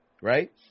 right